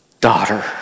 Daughter